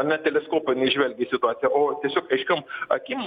ar ne teleskopą jinai žvelgia į situaciją o tiesiog aiškiom akim